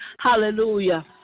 Hallelujah